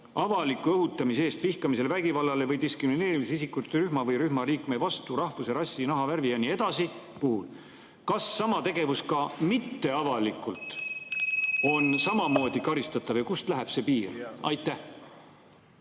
avaliku õhutamise eest vihkamisele, vägivallale või diskrimineerimisele isikute rühma või rühma liikme vastu rahvuse, rassi, nahavärvi ja nii edasi alusel. Kas sama tegevus mitteavalikult on ka samamoodi karistatav ja kust läheb see piir? Ma